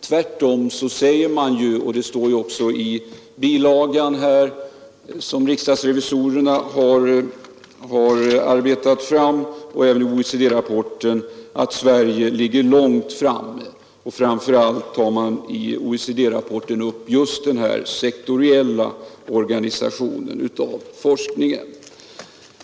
Tvärtom säger man — och det står också i den bilaga riksdagens revisorer arbetat fram och även i OECD-rapporten — att Sverige ligger långt framme. Framför allt i OECD-rapporten tar man upp just den sektoriella organisationen av forskningen.